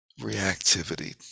reactivity